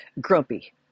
grumpy